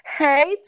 hey